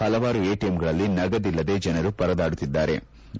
ಪಲವಾರು ಎಟಿಎಂಗಳಲ್ಲಿ ನಗದಿಲ್ಲದೆ ಜನರು ಪರದಾಡುತ್ತಿದ್ಲಾರೆ